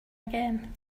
again